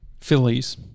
Phillies